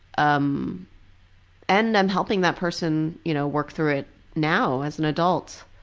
um and i'm helping that person you know work through it now as an adult,